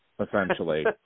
essentially